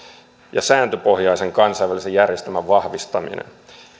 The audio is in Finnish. ja sääntöpohjaisen kansainvälisen järjestelmän vahvistaminen